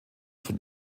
von